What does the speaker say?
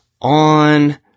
on